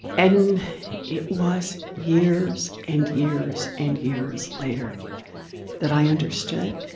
and and it was years and years and years later that i understood